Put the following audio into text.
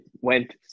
went